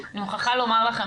אני מוכרחה לומר לכם,